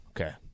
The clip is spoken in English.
Okay